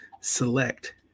select